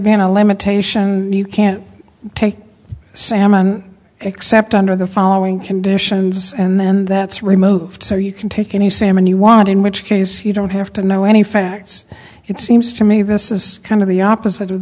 been a limitation you can't take salmon except under the following conditions and then that's remote so you can take any salmon you want in which case you don't have to know any facts it seems to me this is kind of the opposite of